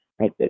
right